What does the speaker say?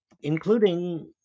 including